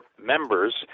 members